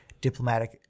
diplomatic